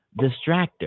distractor